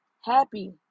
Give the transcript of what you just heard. happy